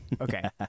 okay